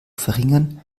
verringern